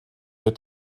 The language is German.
der